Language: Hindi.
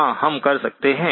हाँ हम कर सकते हैं